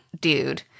dude